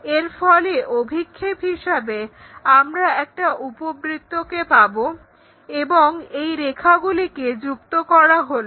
এর ফলে অভিক্ষেপ হিসাবে আমরা একটা উপবৃত্তকে পাবো এবং এই রেখাগুলিকে যুক্ত করা হলো